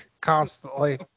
constantly